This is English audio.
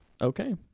Okay